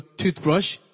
toothbrush